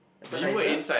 appetizer